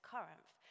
Corinth